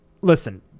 listen